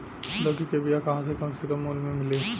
लौकी के बिया कहवा से कम से कम मूल्य मे मिली?